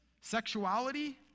sexuality